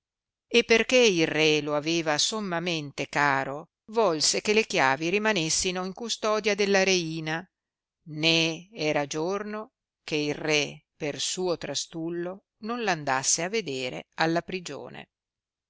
e perchè il re lo aveva sommamente caro volse che le chiavi rimanessino in custodia della reina né era giorno che il re per suo trastullo non andasse a vedere alla prigione